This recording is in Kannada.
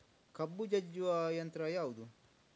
ಕಬ್ಬು ಜಜ್ಜುವ ಯಂತ್ರ ಯಾವುದು?